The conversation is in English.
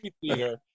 theater